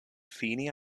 fini